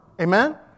Amen